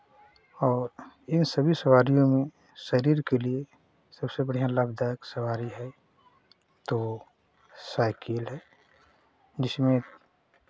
और इन सभी सवारियों में शरीर के लिए सबसे बढ़ियाँ लाभदायक सवारी है तो साइकिल है जिसमें